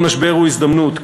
כל משבר הוא הזדמנות,